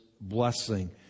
blessing